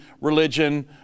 religion